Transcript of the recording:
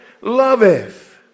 loveth